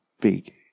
big